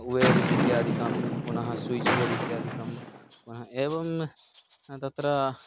wire इत्यादिकं पुनः switch board इत्यादिकं पुनः एवं तत्र